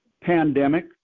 pandemic